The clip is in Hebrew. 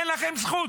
אין לכם זכות.